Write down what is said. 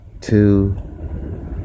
two